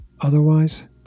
Otherwise